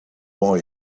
boy